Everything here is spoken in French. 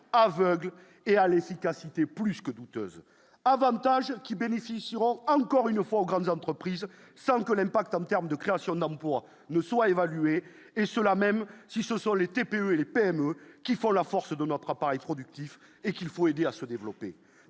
aveugle et à l'efficacité plus que douteuse, Avantage qui bénéficieront encore une fois aux grandes entreprises savent que l'impact en termes de création d'emplois ne soient évalués et cela même si ce sont les TPE et les PME qui font la force de notre appareil productif et qu'il faut aider à se développer